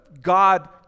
God